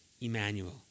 Emmanuel